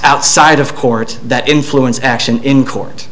outside of courts that influence action in court